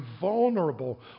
vulnerable